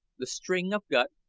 the string of gut,